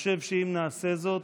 אני חושב שאם נעשה זאת,